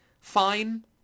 fine